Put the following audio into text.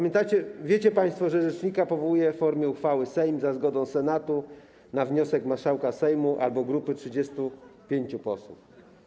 Wiecie państwo, że rzecznika powołuje w formie uchwały Sejm za zgodą Senatu na wniosek marszałka Sejmu albo grupy 35 posłów.